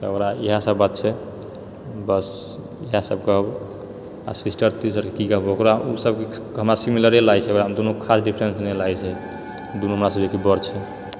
तऽ ओकरा इएह सभ बात छै बस इएह सभ कहब आ सिस्टर तिस्टर कऽ की कहबौ ओकरा ओ सभके हमरा सिमिलरे लागै छै ओकरामे कोनो खास डिफरेन्स नहि लागैत छै दोनो हमरासँ जेकि बड़ छै